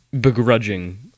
begrudging